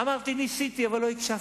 אמרתי: ניסיתי, אבל לא הקשבתם.